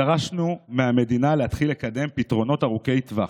דרשנו מהמדינה להתחיל לקדם פתרונות ארוכי טווח,